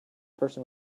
person